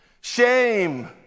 Shame